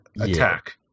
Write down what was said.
attack